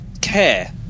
care